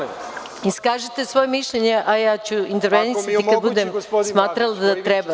Iskažite svoje mišljenje, a ja ću intervenisati kada budem smatrala da treba da intervenišem.